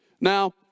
Now